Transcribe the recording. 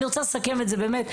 אני רוצה לסכם את זה באמת,